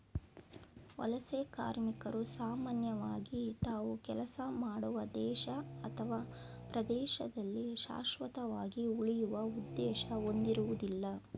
ವಲಸೆ ಕಾರ್ಮಿಕರು ಸಾಮಾನ್ಯವಾಗಿ ತಾವು ಕೆಲಸ ಮಾಡುವ ದೇಶ ಅಥವಾ ಪ್ರದೇಶದಲ್ಲಿ ಶಾಶ್ವತವಾಗಿ ಉಳಿಯುವ ಉದ್ದೇಶ ಹೊಂದಿರುವುದಿಲ್ಲ